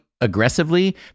aggressively